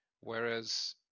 Whereas